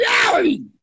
reality